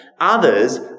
Others